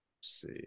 See